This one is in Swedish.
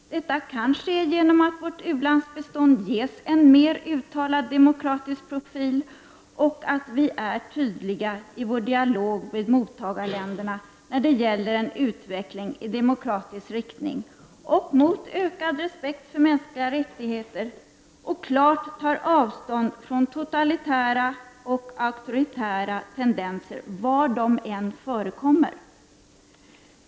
Detta kan ske genom att vårt u-landsbistånd ges en mer uttalad demokratisk profil och att vi är tydliga i vår dialog med mottagarländerna i frågor som rör utveckling i demokratisk riktning och ökad respekt för mänskliga rättigheter. Vi måste vidare ta avstånd från totalitära och auktoritära tendenser var de än förekommer.